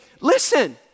Listen